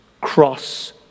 Cross